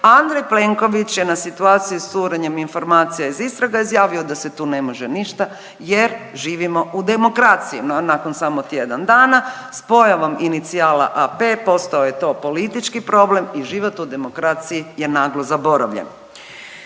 Andrej Plenković ja na situaciju s curenjem informacija iz istrage izjavio da se tu ne može ništa jer živimo u demokraciji no nakon samo tjedan dana s pojavom inicijala AP, postao je to politički problem i život u demokraciji je naglo zaboravljen.